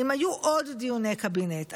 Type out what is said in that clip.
אם היו עוד דיוני קבינט,